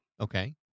Okay